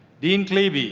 dean klebe,